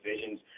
visions